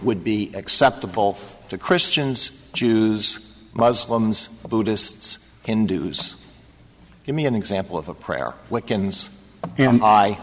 would be acceptable to christians jews muslims buddhists hindus to me an example of a prayer